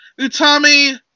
Utami